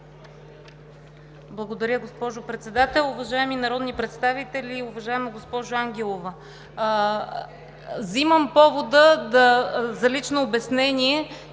Благодаря, госпожо Председател. Уважаеми народни представители! Уважаема госпожо Ангелова,